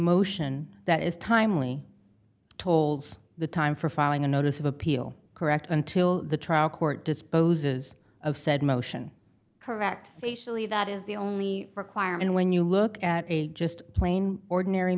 motion that is timely tolls the time for filing a notice of appeal correct until the trial court disposes of said motion correct facially that is the only requirement when you look at a just plain ordinary